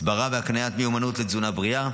הסברה והקניית מיומנות בתזונה בריאה,